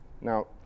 Now